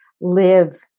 live